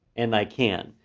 and i can.